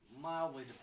mildly